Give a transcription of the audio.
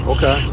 Okay